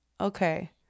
Okay